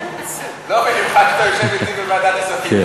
אתה יושב אתי בוועדת הכספים,